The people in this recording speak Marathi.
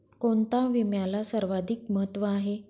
कोणता विम्याला सर्वाधिक महत्व आहे?